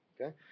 Okay